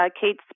Kate